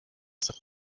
saa